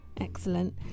Excellent